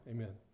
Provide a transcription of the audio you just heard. Amen